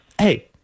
hey